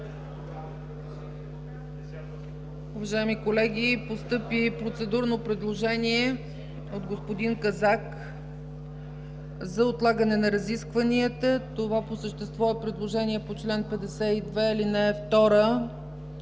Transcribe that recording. Уважаеми колеги, постъпи процедурно предложение от господин Казак за отлагане на разискванията. Това по същество е предложение по чл. 52, ал. 2, т.